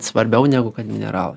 svarbiau negu kad mineralai